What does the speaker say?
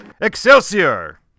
Excelsior